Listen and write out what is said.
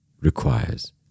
requires